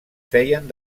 feien